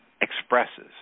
expresses